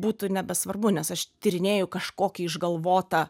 būtų nebesvarbu nes aš tyrinėju kažkokį išgalvotą